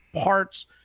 parts